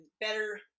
better